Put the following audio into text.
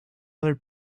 other